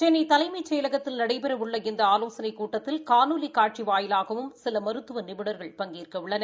சென்னை தலைமைச் செயலகத்தில் நடைபெறவுள்ள இந்த ஆலோனைக் கூட்டத்தில் காணொலி காட்சி வாயிலாகவும் சில மருத்துவ நிபுணர்கள் பங்கேற்க உள்ளனர்